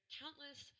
countless